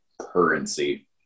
currency